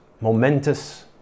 momentous